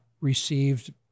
received